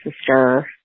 sister